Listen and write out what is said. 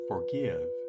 Forgive